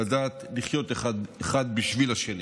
לדעת לחיות אחד בשביל השני.